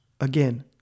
again